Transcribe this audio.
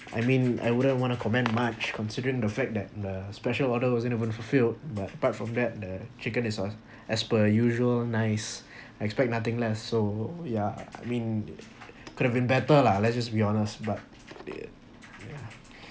I mean I wouldn't want to comment much considering the fact that the special order wasn't even fulfilled but apart from that the chicken is as as per usual nice I expect nothing less so ya I mean could have been better lah let's just be honest but they yeah